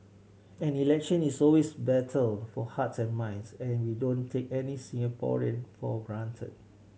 an election is always battle for hearts and minds and we don't take any Singaporean for granted